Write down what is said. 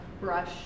brush